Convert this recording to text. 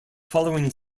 following